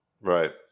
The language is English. Right